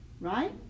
Right